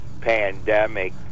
pandemic